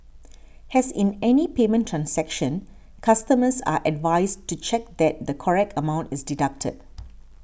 as in any payment transaction customers are advised to check that the correct amount is deducted